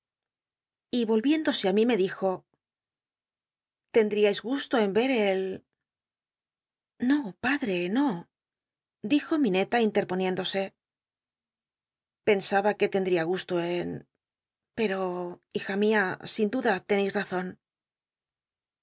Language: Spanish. y volviéndose i mí me dijo rendriais gusto en et el no padre no dijo llinela intcrponiéndose pensa ba que tendría gusto en pero hija mia sin duda lencis ntzon